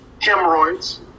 hemorrhoids